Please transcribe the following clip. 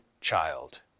child